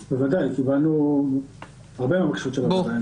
בוודאי, קיבלנו הרבה מהבקשות של הוועדה.